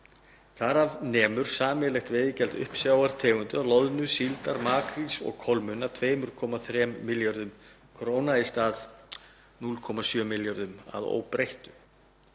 Þar af nemur sameiginlegt veiðigjald uppsjávartegundanna loðnu, síldar, makríls og kolmunna 2,3 milljörðum kr. í stað 0,7 milljarða að óbreyttu.